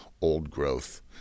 old-growth